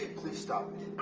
please stop it.